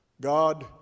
God